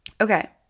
Okay